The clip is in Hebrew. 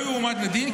לא יועמד לדין,